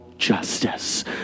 justice